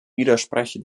widerspreche